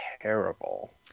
terrible